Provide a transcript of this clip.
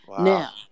Now